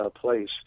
place